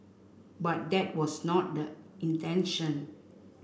but that was not the intention